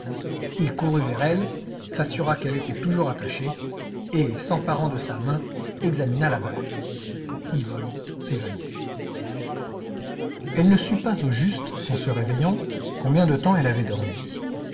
il courut vers elle s'assura qu'elle était toujours attachée et s'emparant de sa main examina la bague yvonne s'évanouit elle ne sut pas au juste en se réveillant combien de temps elle avait dormi